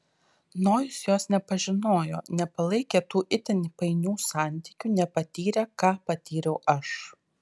nojus jos nepažinojo nepalaikė tų itin painių santykių nepatyrė ką patyriau aš